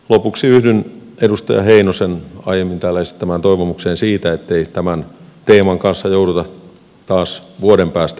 lopuksi yhdyn edustaja heinosen aiemmin täällä esittämään toivomukseen siitä ettei tämän teeman kanssa jouduta taas vuoden päästä painiskelemaan